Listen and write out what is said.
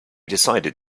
decided